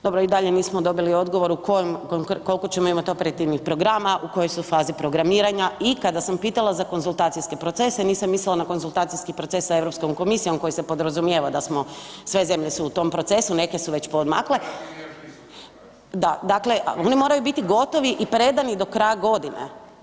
Dobro i dalje nismo dobili odgovor koliko ćemo imati operativnih programa, u kojoj su fazi programiranja i kada sam pitala za konzultacijske procese nisam mislila na konzultacijski proces sa Europskom komisijom koji se podrazumijeva da smo sve zemlje su u tom procesu, neke su već poodmakle … [[Upadica se ne razumije.]] da, dakle oni moraju biti gotovi i predani do kraja godine.